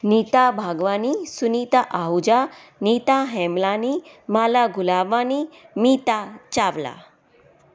Neeta Bhagwani Sunita Ahuja Neeta Hemlani Mala Gulabani Meeta Chawla